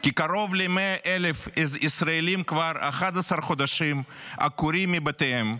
כי קרוב ל-100,000 ישראלים עקורים כבר 11 חודשים מבתיהם,